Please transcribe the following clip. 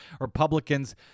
Republicans